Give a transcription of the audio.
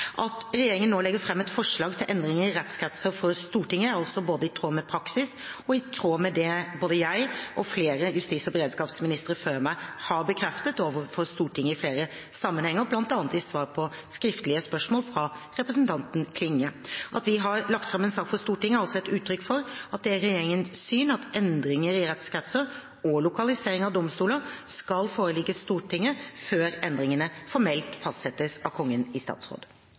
At regjeringen nå legger fram et forslag til endringer i rettskretsene for Stortinget, er altså både i tråd med praksis og i tråd med det jeg og flere justis- og beredskapsministre før meg har bekreftet overfor Stortinget i flere sammenhenger, bl.a. i svar på skriftlig spørsmål fra representanten Klinge. At vi har lagt fram en sak for Stortinget, er også et uttrykk for at det er regjeringens syn at endringer i rettskretsene og lokaliseringen av domstolene skal forelegges Stortinget før endringene formelt fastsettes av Kongen i statsråd.